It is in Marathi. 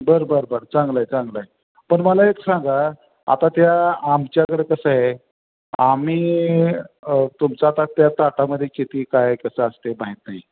बरं बरं बरं चांगलं आहे चांगलं आहे पण मला एक सांगा आता त्या आमच्याकडे कसं आहे आम्ही तुमचं आता त्या ताटामध्ये किती काय कसं असते माहीत नाही